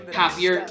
happier